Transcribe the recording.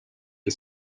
que